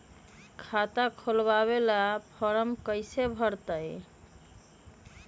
खाता खोलबाबे ला फरम कैसे भरतई?